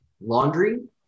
laundry